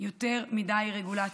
יותר מדי רגולציה.